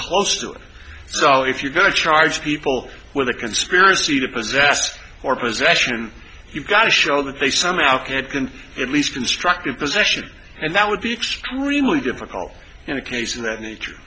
it so if you're going to charge people with a conspiracy to possess or possession you've got to show that they somehow could confirm at least constructive possession and that would be extremely difficult in a case of that nature